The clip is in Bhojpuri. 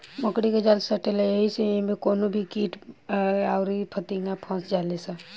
मकड़ी के जाल सटेला ऐही से इमे कवनो भी छोट कीड़ा अउर फतीनगा फस जाले सा